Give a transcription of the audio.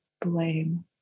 blame